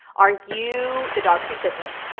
are you, the dog treat business,